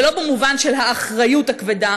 ולא במובן של האחריות הכבדה,